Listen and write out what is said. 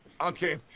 Okay